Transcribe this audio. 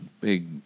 Big